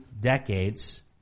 decades